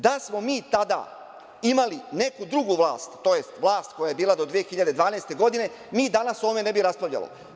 Da smo mi tada imali neku drugu vlast, tj. vlast koja je bila do 2012. godine, mi danas o ovome ne bi raspravljali.